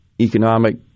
economic